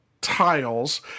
tiles